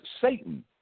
Satan